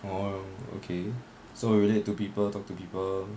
oh okay so you relate to people talk to people